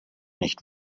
nicht